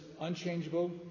unchangeable